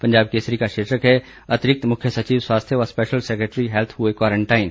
पंजाब केसरी का शीर्षक है अतिरिक्त मुख्य सचिव स्वास्थ्य व स्पैशल सैकेटरी हैल्थ हुए क्वारंटाइन